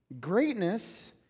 greatness